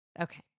Okay